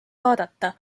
vaadata